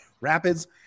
Rapids